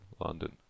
London